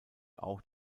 auch